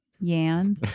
Yan